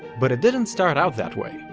but it didn't start out that way.